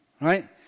right